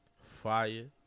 fire